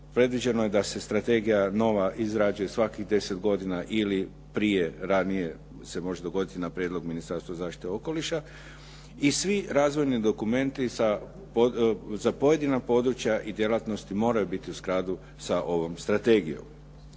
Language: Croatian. Predviđeno je da se strategija nova izrađuje svakih deset godina ili prije, ranije se može dogoditi na prijedlog Ministarstva zaštite okoliša i svi razvojni dokumenti za pojedina područja i djelatnosti moraju biti u skladu sa ovom strategijom.